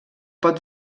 pot